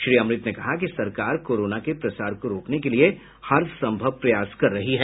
श्री अमृत ने कहा कि सरकार कोरोना के प्रसार को रोकने के लिए हर सम्भव प्रयास कर रही है